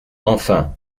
enfin